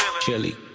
chili